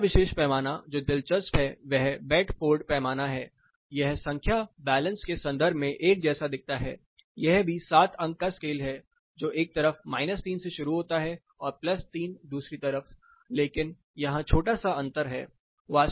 अगला विशेष पैमाना जो दिलचस्प है वह बेडफोर्ड पैमाना है यह संख्या बैलेंस के संदर्भ में एक जैसा दिखता है यह भी 7 अंक का स्केल है जो एक तरफ 0 माइनस 3 से शुरू होता है और प्लस 3 दूसरी तरफ लेकिन यहां छोटा सा अंतर है